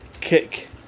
kick